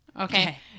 Okay